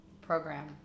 program